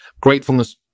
gratefulness